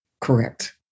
Correct